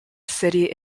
city